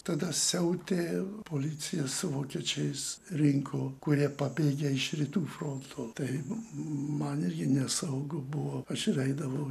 tada siautė policija su vokiečiais rinko kurie pabėgę iš rytų fronto tai man irgi nesaugu buvo aš ir eidavau